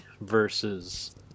versus